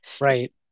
Right